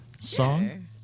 song